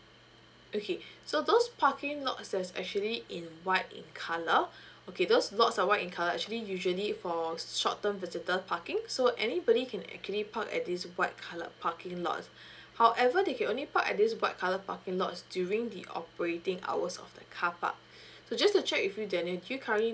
okay so those parking lots that's actually in white in colour okay those lots are white in colour actually usually for short term visitor parking so anybody can actually park at this white coloured parking lot however they can only park at this white colour parking lots during the operating hours of that car park so just to check with danial do you currently